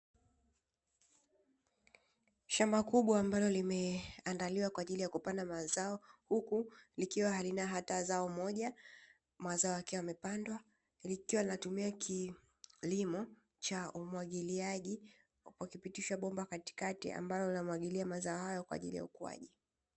Shama kubwa ambalo limeandaliwa kwa ajili ya kupanda mazao huku likiwa halina hata zao moja mwaza wake wamepandwa vikiwa natumia kilimo cha umwagiliaji kwa kupitisha bomba katikati ambayo linamwagilia mazao kwa ajili ya ukuaji.